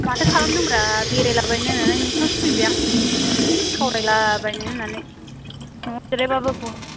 माथो खालामदोंब्रा बेरायलाबायनो होननानै नोंसोनावसो फैबाय आं एसे सावरायलाबायनो होननानै न'आव जिरायबाबो बरिं